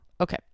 Okay